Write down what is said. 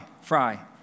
fry